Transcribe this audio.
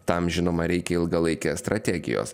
tam žinoma reikia ilgalaikės strategijos